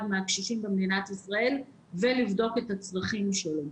מהקשישים במדינת ישראל ולבדוק את הצרכים שלו.